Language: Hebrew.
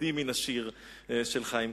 בתים מן השיר של חיימקה.